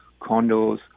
condos